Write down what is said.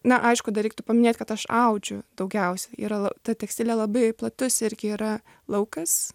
na aišku dar reiktų paminėt kad aš audžiu daugiausiai yra la ta tekstilė labai platus irgi yra laukas